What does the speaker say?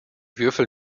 würfel